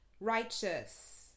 Righteous